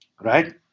right